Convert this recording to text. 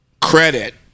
credit